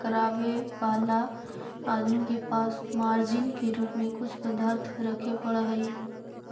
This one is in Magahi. करावे वाला आदमी के पास मार्जिन के रूप में कुछ पदार्थ रखे पड़ऽ हई